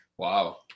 Wow